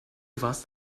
warst